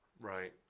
right